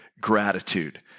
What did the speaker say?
gratitude